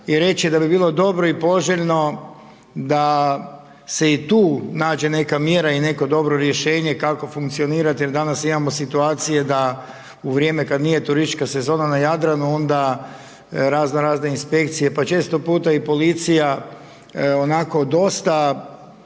i reći da bi bilo dobro i poželjno da se i tu nađe neka mjera i neko dobro rješenje kako funkcionirati jer danas imamo situacije da u vrijeme kad nije turistička sezona na Jadranu, onda razno razne inspekcije, pa često puta i policija onako dosta